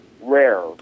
rare